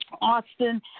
austin